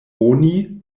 oni